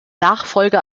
nachfolger